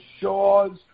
Shaw's